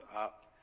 up